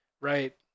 right